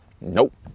Nope